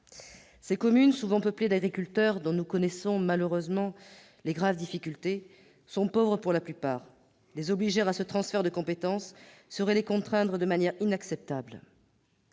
Ces communes, souvent peuplées d'agriculteurs dont nous connaissons les graves difficultés, sont pauvres pour la plupart d'entre elles. Les obliger à opérer ce transfert de compétences serait les contraindre de manière inacceptable.